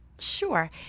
Sure